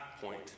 point